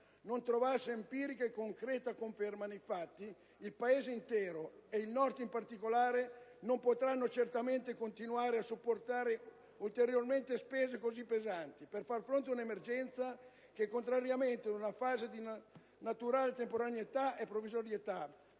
non trovasse empirica e concreta conferma nei fatti, il Paese intero, ed il Nord in particolare, non potrebbero certamente continuare a sopportare ulteriormente spese così pesanti per far fronte ad una emergenza che, contrariamente ad una fase di naturale temporaneità e provvisorietà,